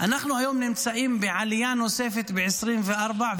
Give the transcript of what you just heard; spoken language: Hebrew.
אנחנו היום נמצאים בעלייה נוספת ב-2024,